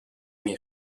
nei